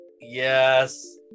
yes